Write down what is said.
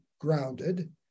grounded